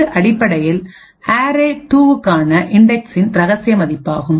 இது அடிப்படையில் அரே2க்கான இன்டெக்ஸ்ஸின் ரகசிய மதிப்பாகும்